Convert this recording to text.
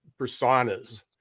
personas